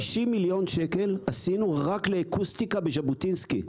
אני אומר לך ש-60 מיליון שקל עשינו רק לאקוסטיקה בז'בוטינסקי,